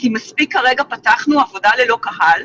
צריך עכשיו, בשבועיים הקרובים,